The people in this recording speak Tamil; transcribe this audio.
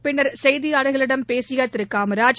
பின்னர் செய்தியாளர்களிடம் பேசிய திரு காமராஜ்